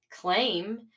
claim